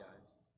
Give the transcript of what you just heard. guys